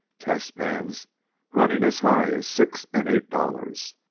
testpans running as high as six and eight dollars.